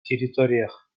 территориях